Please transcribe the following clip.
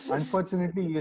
Unfortunately